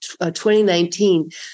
2019